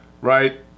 right